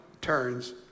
turns